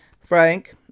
Frank